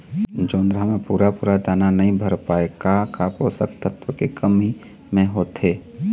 जोंधरा म पूरा पूरा दाना नई भर पाए का का पोषक तत्व के कमी मे होथे?